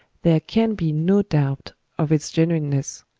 there can be no doubt of its genuineness.